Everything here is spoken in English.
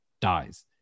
dies